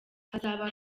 hazaba